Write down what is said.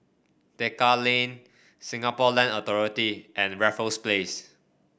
Tekka Lane Singapore Land Authority and Raffles Place